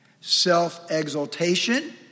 self-exaltation